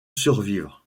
survivre